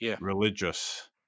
religious